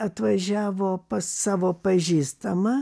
atvažiavo pas savo pažįstamą